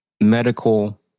medical